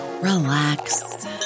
relax